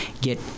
get